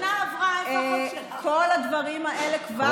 כל הדברים האלה כבר בעבודה.